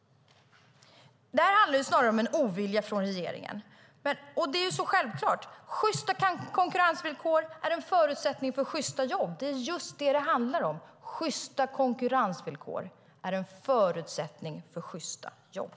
Det här handlar snarare om en ovilja från regeringen. Det är självklart att sjysta konkurrensvillkor är en förutsättning för sjysta jobb. Det är just vad det handlar om: Sjysta konkurrensvillkor är en förutsättning för sjysta jobb.